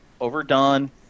overdone